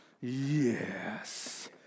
Yes